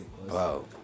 Wow